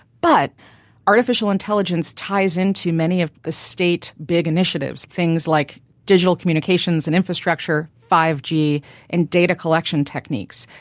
but artificial intelligence ties into many of the state big initiatives. things like digital communications and infrastructure, five g and data collection techniques.